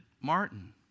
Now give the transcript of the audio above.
Martin